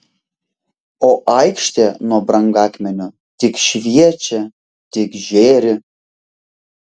o aikštė nuo brangakmenių tik šviečia tik žėri